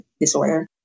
disorder